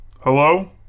Hello